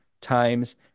times